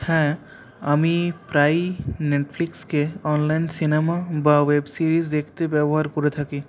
হ্যাঁ আমি প্রায়ই নেটফ্লিক্স কে অনলাইন সিনেমা বা ওয়েব সিরিজ দেখতে ব্যবহার করে থাকি